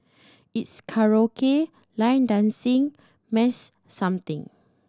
it's karaoke line dancing mass something